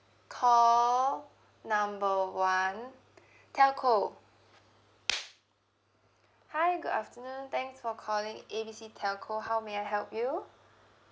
call number one telco hi good afternoon thanks for calling A B C telco how may I help you